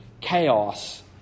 chaos